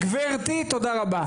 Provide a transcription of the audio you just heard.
גברתי, תודה רבה.